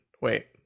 wait